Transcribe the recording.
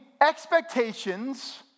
expectations